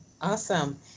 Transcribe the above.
awesome